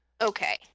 Okay